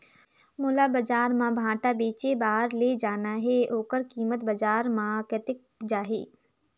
मोला बजार मां भांटा बेचे बार ले जाना हे ओकर कीमत बजार मां कतेक जाही?